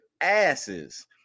asses